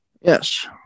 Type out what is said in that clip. Yes